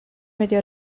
medio